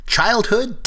Childhood